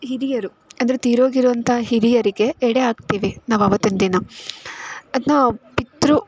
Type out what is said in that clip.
ಹಿರಿಯರು ಅಂದರೆ ತೀರ್ಹೋಗಿರುವಂಥ ಹಿರಿಯರಿಗೆ ಎಡೆ ಹಾಕ್ತೀವಿ ನಾವು ಆವತ್ತಿನ ದಿನ ಅದನ್ನು ಪಿತೃ